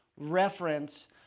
reference